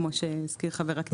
כמו שהזכיר חבר הכנסת.